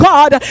God